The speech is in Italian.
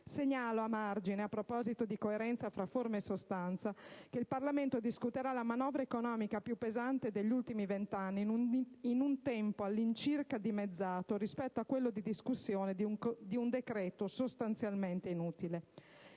Segnalo, a margine, a proposito di coerenza tra forma e sostanza, che il Parlamento discuterà la manovra economica più pesante degli ultimi 20 anni in un tempo all'incirca dimezzato rispetto a quello di discussione di un decreto sostanzialmente inutile.